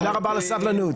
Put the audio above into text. תודה רבה על הסבלנות.